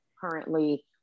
currently